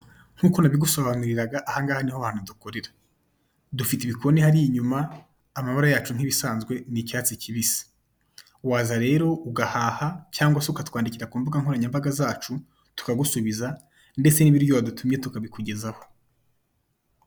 Nk'uko nabigusobanuriraga ahangaha niho hantu dukorera. Dufite ibikoni hariya inyuma amabara yacu nk'ibisanzwe ni icyatsi kibisi. Waza rero ugahaha cyangwa se ukatwandikira ku mbuga nkoranyamabaga zacu tukagusubiza ndetse n'ibiryo wadutumye tukabikugezaho.